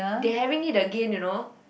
they having it again you know